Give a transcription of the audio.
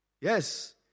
yes